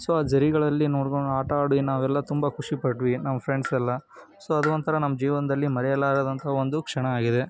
so ಆ ಝರಿಗಳಲ್ಲಿ ನೋಡ್ಕೊಂಡು ಆಟ ಆಡಿ ನಾವೆಲ್ಲ ತುಂಬ ಖುಷಿಪಟ್ವಿ ನಾವು ಫ್ರೆಂಡ್ಸೆಲ್ಲ ಸೊ ಅದು ಒಂಥರ ನಮ್ಮ ಜೀವನದಲ್ಲಿ ಮರೆಯಲಾರದಂಥ ಒಂದು ಕ್ಷಣ ಆಗಿದೆ